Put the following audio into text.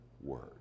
word